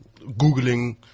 Googling